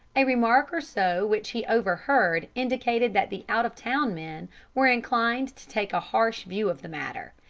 a remark or so which he overheard indicated that the out-of-town men were inclined to take a harsh view of the matter.